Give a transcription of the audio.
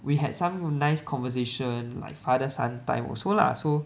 we had some nice conversation like father son time also lah so